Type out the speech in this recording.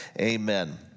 amen